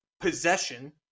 possession